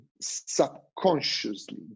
subconsciously